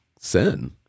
sin